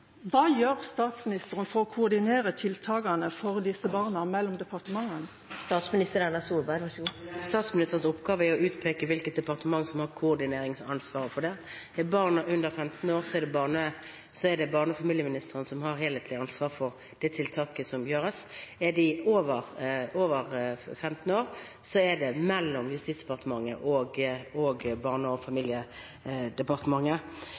Hva gjør statsministeren for å koordinere tiltakene for disse barna mellom departementene? Statsministerens oppgave er å utpeke hvilket departement som har koordineringsansvaret for det. Er barna under 15 år, er det barne- og familieministeren som har det helhetlige ansvaret for det tiltaket som gjøres. Er barna over 15 år, er ansvaret mellom Justis- og beredskapsdepartementet og Barne-, likestillings- og